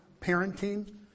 parenting